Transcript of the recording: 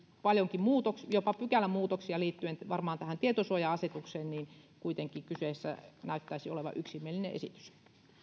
paljonkin muutoksia jopa pykälämuutoksia liittyen varmaan tähän tietosuoja asetukseen niin kuitenkin kyseessä näyttäisi olevan yksimielinen esitys